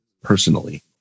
personally